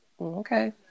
Okay